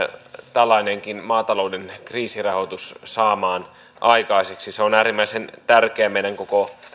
tällainenkin maatalouden kriisirahoitus saamaan aikaiseksi se on äärimmäisen tärkeää meidän koko